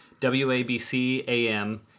WABC-AM